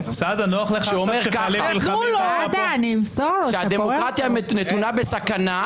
שאומר כך: כשהדמוקרטיה נתונה בסכנה,